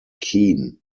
keene